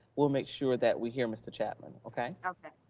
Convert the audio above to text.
we'll make sure that we hear mr. chapman. okay? okay.